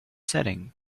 setting